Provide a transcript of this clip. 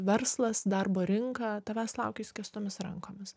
verslas darbo rinka tavęs laukia išskėstomis rankomis